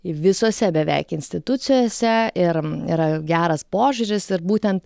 visose beveik institucijose ir yra geras požiūris ir būtent